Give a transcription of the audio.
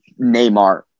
Neymar